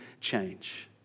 change